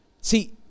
See